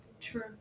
True